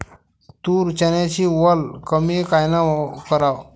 तूर, चन्याची वल कमी कायनं कराव?